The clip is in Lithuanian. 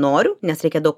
noriu nes reikia daug